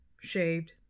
shaved